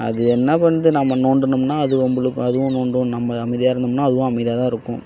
அது என்ன பண்ணுது நம்ம நோண்டினோம்னா அது வம்புழுக்கும் அதுவும் நோண்டும் நம்ம அமைதியாக இருந்தோம்னால் அதுவும் அமைதியாக தான் இருக்கும்